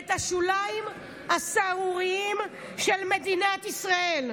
את השוליים הסהרוריים של מדינת ישראל,